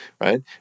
right